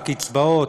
הקצבאות,